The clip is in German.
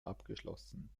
abgeschlossen